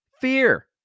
fear